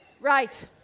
Right